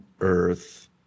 earth